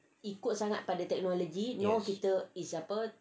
yes